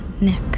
Nick